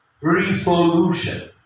Resolution